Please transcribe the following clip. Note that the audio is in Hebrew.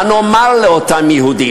מה נאמר לאותם יהודים?